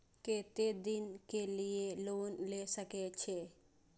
केते दिन के लिए लोन ले सके छिए?